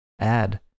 add